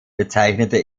bezeichnete